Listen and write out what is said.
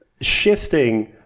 shifting